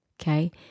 Okay